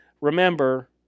Remember